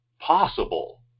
possible